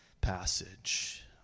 Passage